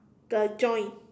the joints